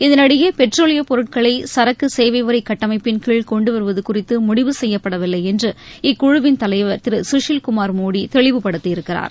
இதனிடையே பெட்ரோலிய பொருட்களை சரக்கு சேவை வரி கட்டமைப்பின் கீழ் கொண்டு வருவது குறித்து முடிவு செய்யப்படவில்லை என்று இக்குழுவின் தலைவர் திரு சுஷில்குமார் மோடி தெளிவுபடுத்தியிருக்கிறார்